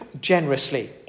generously